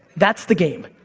that's the game.